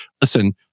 listen